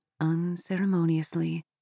Unceremoniously